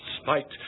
spite